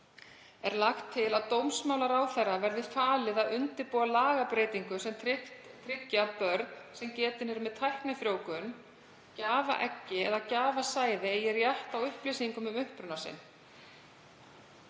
er lagt til að dómsmálaráðherra verði falið að undirbúa lagabreytingu sem tryggi að börn sem getin eru með tæknifrjóvgun, gjafaeggi eða gjafasæði eigi rétt á upplýsingum um uppruna sinn.